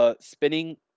Spinning